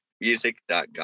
music.com